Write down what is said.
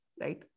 right